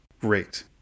great